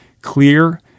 clear